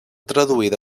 traduïda